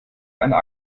einer